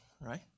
Right